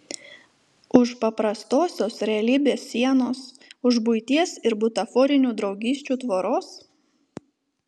už paprastosios realybės sienos už buities ir butaforinių draugysčių tvoros